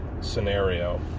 scenario